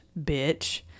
bitch